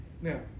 Now